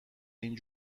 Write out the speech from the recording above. این